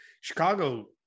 Chicago